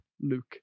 Luke